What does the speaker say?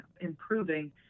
improving